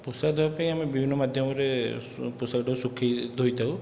ପୋଷାକ ଧୋଇବା ପାଇଁ ଆମେ ବିଭିନ୍ନ ମାଧ୍ୟମରେ ପୋଷାକଟାକୁ ଶୁଖେଇ ଧୋଇଥାଉ